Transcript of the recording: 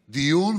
דיון.